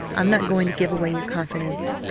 i'm not going to give away your confidence.